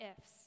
ifs